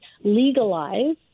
legalize